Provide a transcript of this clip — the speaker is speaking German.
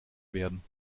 werden